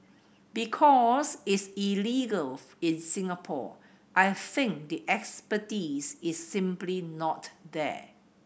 because it's illegal in Singapore I think the expertise is simply not there